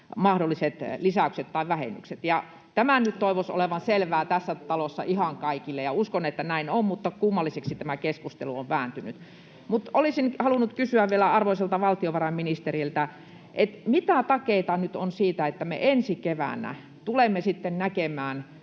mahdolliset lisäykset tai vähennykset. Tämän nyt toivoisi olevan selvää tässä talossa ihan kaikille, ja uskon, että näin on, mutta kummalliseksi tämä keskustelu on vääntynyt. Mutta olisin halunnut kysyä vielä arvoisalta valtiovarainministeriltä: mitä takeita nyt on siitä, että me ensi keväänä tulemme sitten näkemään